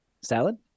Salad